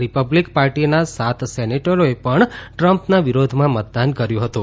Republican પાર્ટીના સાત સેનેટરોએ પણ ટ્રમ્પના વિરોધમાં મતદાન કર્યું હતું